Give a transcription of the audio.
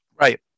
Right